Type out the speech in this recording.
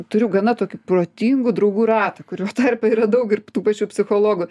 turiu gana tokių protingų draugų ratą kurio tarpe yra daug ir tų pačių psichologų